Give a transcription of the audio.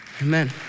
Amen